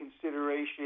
consideration